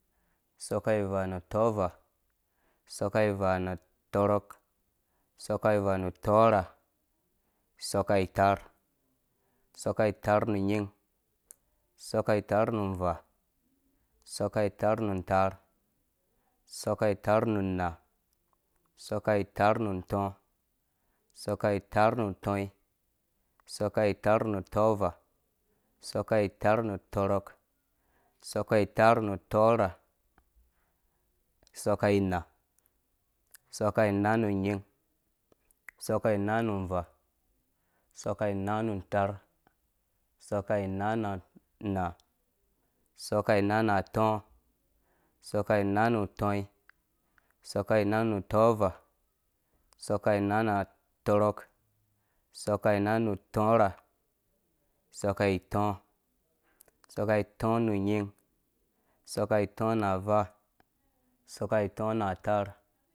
Sɔka ivaa nu tɔvaa, sɔka ivaa nu tɔrɔk, sɔka ivaa nu tɔrha, sɔka itaar, sɔka itaar nu nyin, sɔka itaarnu avaa, sɔka itaarna ataar, sɔka itaar na anaa, sɔka itaarna atɔɔ, sɔka itaar nu tɔnyin, sɔka itaarnu tɔvaa, sɔka itaar nu tɔrɔk, sɔka itaar nu tɔrha, sɔka inaa, sɔka inaa nu ungin, sɔka inaa nu vaa, sɔka inaa nun untaar, sɔka inaa na anaa, sɔka inaa na atɔɔ, sɔka ina nu tɔnyin, sɔka inaa nu tɔvaa, sɔka inaa na tɔrɔk nu tɔrha, sɔka itɔɔ̃ sɔka itɔɔ nu nyin, sɔka itɔɔ na avaa, sɔka itɔɔ na ataar.